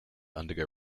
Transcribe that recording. undergo